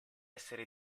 essere